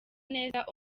neza